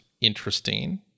interesting